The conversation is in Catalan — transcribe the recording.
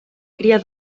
cria